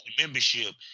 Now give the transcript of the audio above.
membership